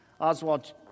Oswald